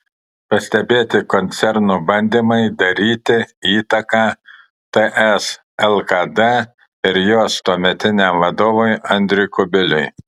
pastebėti koncerno bandymai daryti įtaką ts lkd ir jos tuometiniam vadovui andriui kubiliui